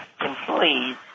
employees